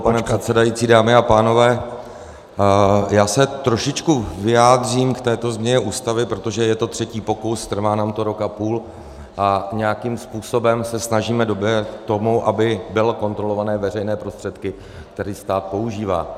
Pane předsedající, dámy a pánové, já se trošičku vyjádřím k této změně Ústavy, protože je to třetí pokus, trvá nám to rok a půl, a nějakým způsobem se snažíme dobrat k tomu, aby byly kontrolovány veřejné prostředky, které stát používá.